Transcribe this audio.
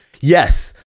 yes